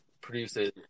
produces